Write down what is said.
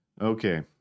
Okay